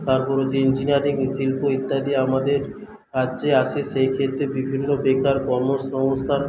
তারপরে যে ইঞ্জিনিয়ারিং শিল্প ইত্যাদি আমাদের রাজ্যে আসে সেই ক্ষেত্রে বিভিন্ন বেকার কর্মসংস্থান